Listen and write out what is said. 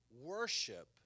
worship